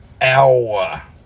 hour